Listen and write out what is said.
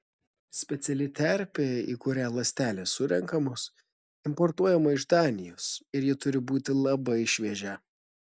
speciali terpė į kurią ląstelės surenkamos importuojama iš danijos ir ji turi būti labai šviežia